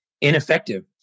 ineffective